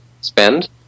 spend